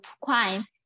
crime